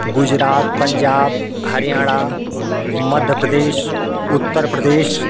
Gujarat Punjab Haryana Madhya Pradesh Uttar Pradesh